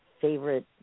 favorite